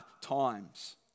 times